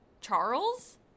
Charles